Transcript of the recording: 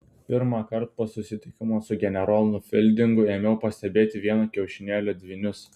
pirmąkart po susitikimo su generolu fildingu ėmiau pastebėti vieno kiaušinėlio dvynius